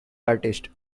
artist